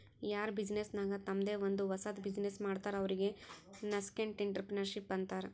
ಯಾರ್ ಬಿಸಿನ್ನೆಸ್ ನಾಗ್ ತಂಮ್ದೆ ಒಂದ್ ಹೊಸದ್ ಬಿಸಿನ್ನೆಸ್ ಮಾಡ್ತಾರ್ ಅವ್ರಿಗೆ ನಸ್ಕೆಂಟ್ಇಂಟರಪ್ರೆನರ್ಶಿಪ್ ಅಂತಾರ್